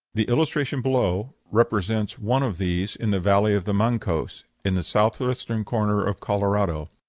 the illustration below represents one of these in the valley of the mancos, in the south-western corner of colorado.